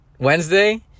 Wednesday